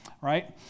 right